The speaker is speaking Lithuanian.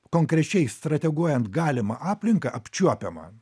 konkrečiai strateguojant galimą aplinką apčiuopiamą